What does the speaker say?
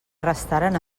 restaren